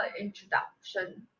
introduction